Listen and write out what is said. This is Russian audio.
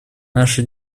наша